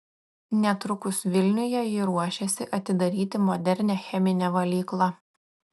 netrukus vilniuje ji ruošiasi atidaryti modernią cheminę valyklą